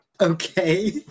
Okay